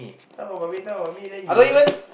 talk about me talk about me then you don't eh